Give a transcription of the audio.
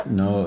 no